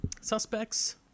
suspects